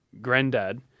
granddad